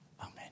Amen